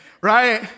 Right